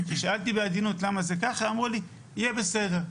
כששאלתי בעדינות למה זה ככה, אמרו לי "יהיה בסדר".